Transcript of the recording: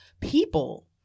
people